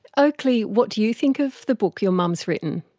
oakley, what do you think of the book your mum has written?